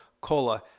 Cola